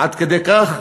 עד כדי כך?